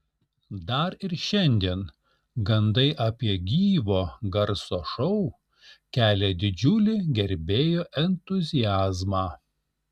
dar ir šiandien gandai apie gyvo garso šou kelia didžiulį gerbėjų entuziazmą